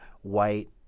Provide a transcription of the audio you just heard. white